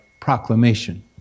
proclamation